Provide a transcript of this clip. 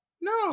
No